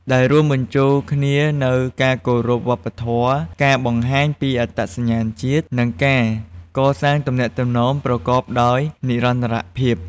ដែលរួមបញ្ចូលគ្នានូវការគោរពវប្បធម៌ ការបង្ហាញពីអត្តសញ្ញាណជាតិ និងការកសាងទំនាក់ទំនងប្រកបដោយនិរន្តរភាព។